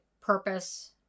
purpose